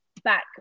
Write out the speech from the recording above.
back